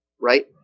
Right